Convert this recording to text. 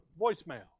Voicemail